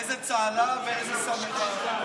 איזה צהלה ואיזה שמחה.